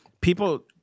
people